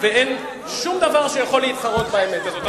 ואין שום דבר שיכול להתחרות באמת הזאת.